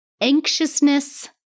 anxiousness